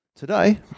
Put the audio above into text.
Today